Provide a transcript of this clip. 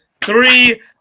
three